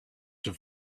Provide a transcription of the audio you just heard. have